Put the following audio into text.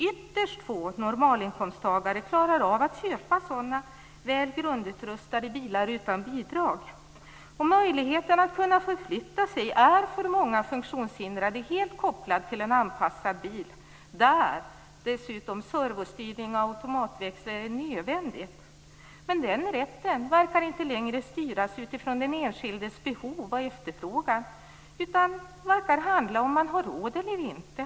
Ytterst få normalinkomsttagare klarar av att köpa sådana, väl grundutrustade bilar utan bidrag, och möjligheten att förflytta sig är för många funktionshindrade helt kopplad till en anpassad bil, där dessutom servostyrning och automatväxel är nödvändigt. Men den rätten verkar inte längre styras av den enskildes behov och efterfrågan utan verkar handla om ifall man har råd eller inte.